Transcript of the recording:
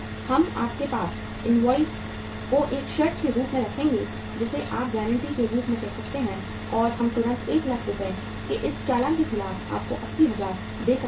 हम आपके पास इनवॉइस को एक शर्त के रूप में रखेंगे जिसे आप गारंटी के रूप में कह सकते हैं और हम तुरंत 1 लाख रुपये के इस चालान के खिलाफ आपको 80000 दे सकते हैं